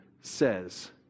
says